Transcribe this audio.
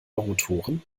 rotoren